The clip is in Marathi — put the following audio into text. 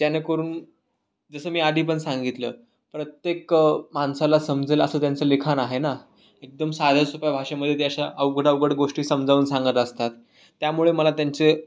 जेणेकरून जसं मी आधी पण सांगितलं प्रत्येक माणसाला समजेल असं त्यांचं लिखाण आहे ना एकदम साध्यासोप्या भाषेमध्ये ते अशा अवघड अवघड गोष्टी समजावून सांगत असतात त्यामुळे मला त्यांचे